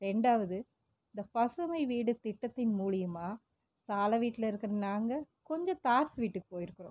ரெண்டாவது இந்த பசுமை வீடு திட்டத்தின் மூலயமா தாழ வீட்டில இருக்கிற நாங்கள் கொஞ்சம் தார்ஸ் வீட்டுக்கு போயிருக்கிறோம்